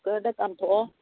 ꯀꯨꯀꯔꯗ ꯀꯥꯝꯊꯣꯛꯑꯣ